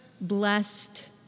blessed